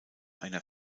einer